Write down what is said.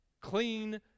Clean